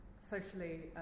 socially